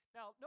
Now